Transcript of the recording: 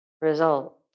result